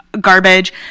garbage